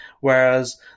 whereas